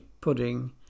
pudding